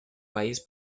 país